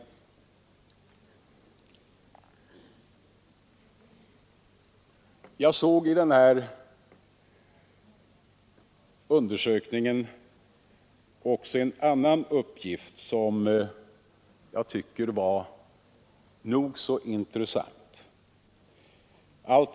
läkarvård hos privat Jag såg i den här undersökningen också en annan uppgift som jag praktiserande läkare tycker var nog så intressant.